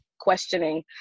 questioning